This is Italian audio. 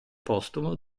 postumo